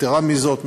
יתרה מזאת,